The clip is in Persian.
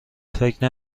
فکر